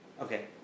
Okay